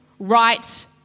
right